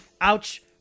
Ouch